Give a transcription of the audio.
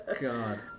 God